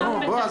נו, בועז.